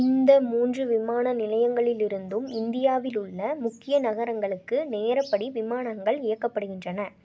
இந்த மூன்று விமான நிலையங்களிலிருந்தும் இந்தியாவிலுள்ள முக்கிய நகரங்களுக்கு நேரப்படி விமானங்கள் இயக்கப்படுகின்றன